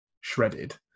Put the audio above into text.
shredded